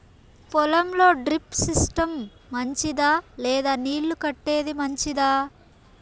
పొలం లో drip system మంచిదా లేదా నీళ్లు కట్టేది మంచిదా?